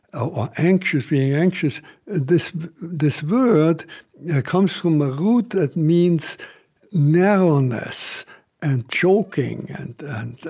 or anxious, being anxious this this word comes from a root that means narrowness and choking. and